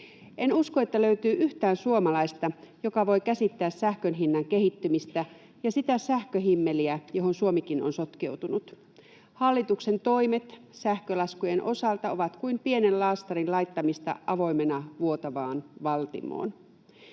En usko, että löytyy yhtään suomalaista, joka voi käsittää sähkönhinnan kehittymistä ja sitä sähköhimmeliä, johon Suomikin on sotkeutunut. Hallituksen toimet sähkölaskujen osalta ovat kuin pienen laastarin laittamista avoimena vuotavaan valtimoon.